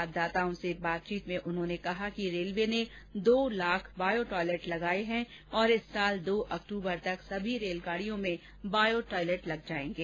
संवाददाताओं से बातचीत में उन्होंने कहा कि रेलवे ने दो लाख बॉयो टॉयलेट लगाये हैं और इस साल दो अक्टूबर तक सभी रेलगाड़ियों में बॉयो टॉयलेट लग जाएंगे